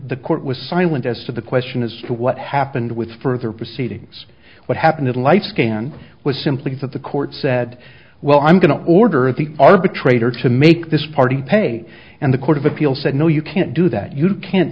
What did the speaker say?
the court was silent as to the question as to what happened with further proceedings what happened at lifescan was simply that the court said well i'm going to order the arbitrator to make this party pay and the court of appeal said no you can't do that you can't